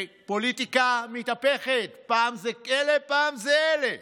ופוליטיקה מתהפכת, פעם זה אלה ופעם זה אלה,